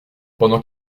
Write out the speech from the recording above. pendant